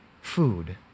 food